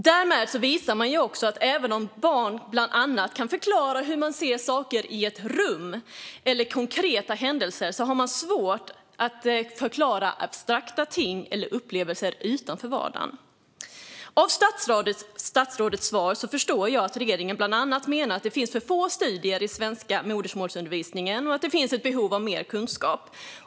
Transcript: Därmed visar man också att även om barn till exempel kan beskriva vad de ser i ett rum eller konkreta händelser, kan de ha svårt att förklara abstrakta företeelser eller upplevelser utanför vardagen. Av statsrådets svar förstår jag att regeringen bland annat menar att det finns för få studier av den svenska modersmålsundervisningen och att det finns behov av mer kunskap.